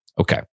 Okay